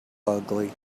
ugly